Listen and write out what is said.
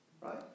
Right